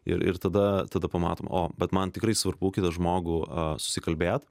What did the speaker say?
ir ir tada tada pamatom o bet man tikrai svarbu kitą žmogų susikalbėt